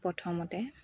প্ৰথমতে